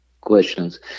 questions